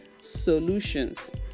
solutions